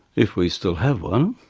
if we still have one.